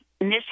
Miss